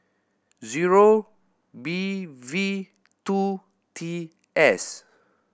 zero B V two T S